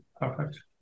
Perfect